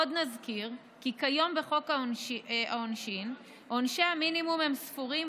עוד נזכיר כי כיום בחוק העונשין עונשי המינימום הם ספורים,